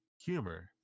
humor